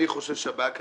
אני חושב שהבעיה כאן,